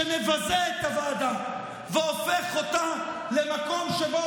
שמבזה את הוועדה והופך אותה למקום שבו